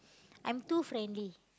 I'm too friendly